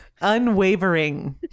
unwavering